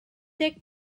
deg